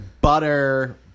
butter